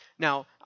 Now